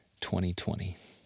2020